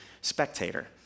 spectator